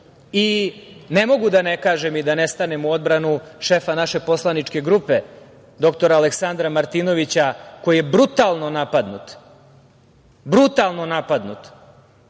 ne mogu da ne kažem i da nestanem u odbranu šefa našeg poslaničke grupe, doktora Aleksandra Martinovića koji je brutalno napadnut, brutalno napadnu